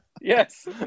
Yes